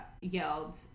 yelled